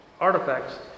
artifacts